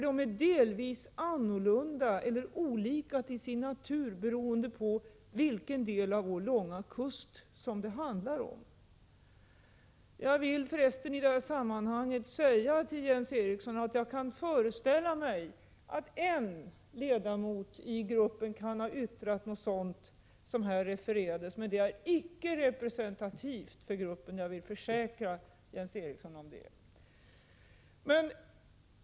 De är delvis olika till sin natur, beroende på vilken del av Sveriges långa kust som det handlar om. Jag vill säga till Jens Eriksson att jag kan föreställa mig att en ledamot i gruppen har yttrat något sådant som refererades, men jag försäkrar att det icke är representativt för gruppen.